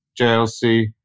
JLC